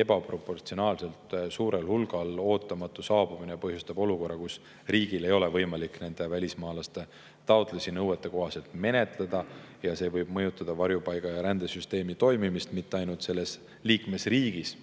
ebaproportsionaalselt suurel hulgal ootamatu saabumine põhjustab olukorra, kus riigil ei ole võimalik nende välismaalaste taotlusi nõuetekohaselt menetleda, ning see võib mõjutada varjupaiga- ja rändesüsteemi toimimist mitte ainult selles liikmesriigis,